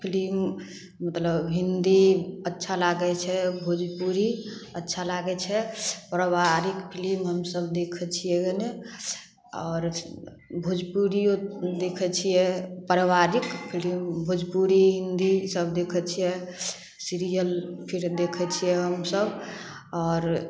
film मतलब हिन्दी अच्छा लागै छै भोजपुरी अच्छा लागै छै परिवारिक फिलिम हमसभ देखै छिए गने आओर भोजपुरिओ देखै छिए परिवारिक फिलिम भोजपुरी हिन्दी सब देखै छिए सीरिअल फेर देखै छिए हमसभ आओर